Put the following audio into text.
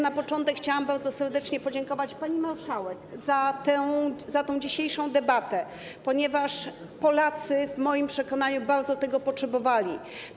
Na początek chciałam bardzo serdecznie podziękować pani marszałek za dzisiejszą debatę, ponieważ Polacy, w moim przekonaniu, bardzo tego potrzebowali.